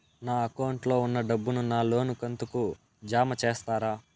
నా అకౌంట్ లో ఉన్న డబ్బును నా లోను కంతు కు జామ చేస్తారా?